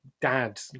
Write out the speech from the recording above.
dad